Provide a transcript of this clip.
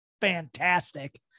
fantastic